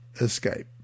escape